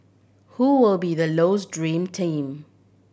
who will be the Low's dream team